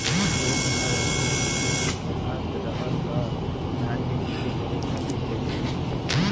ए साहब हमके कृषि ऋण चाहत रहल ह धान क खेती करे खातिर कईसे मीली?